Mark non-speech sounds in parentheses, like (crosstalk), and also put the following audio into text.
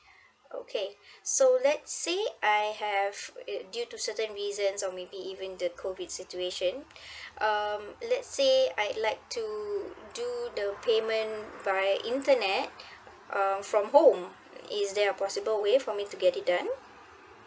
okay so let's say I have uh due to certain reasons or maybe even the COVID situation (breath) um let's say I'd like to do the payment via internet um from home is there a possible way for me to get it done